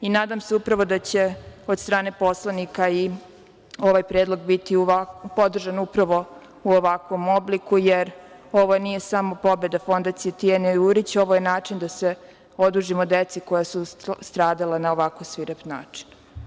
Nadam se upravo da će od strane poslanika i ovaj predlog biti podržan upravo u ovakvom obliku, jer ovo nije samo pobeda Fondacije "Tijane Jurić", ovo je način da se odužimo deci koja su stradala na ovako svirep način.